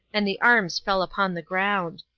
and the arms fell upon the ground.